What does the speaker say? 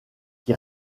qui